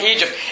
Egypt